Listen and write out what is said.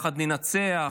יחד ננצח,